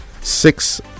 six